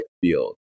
field